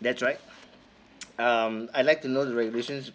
that's right um I like to know the regulations